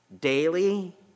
daily